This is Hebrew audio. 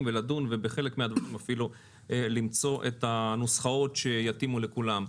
ולדון בחלק מהדברים אפילו למצוא את הנוסחאות שיתאימו לכולם.